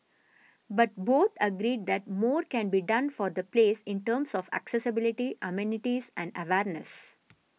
but both agreed that more can be done for the place in terms of accessibility amenities and awareness